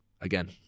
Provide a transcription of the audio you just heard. again